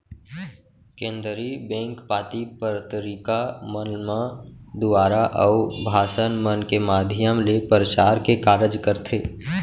केनदरी bank पाती पतरिका मन म लेख दुवारा, अउ भासन मन के माधियम ले परचार के कारज करथे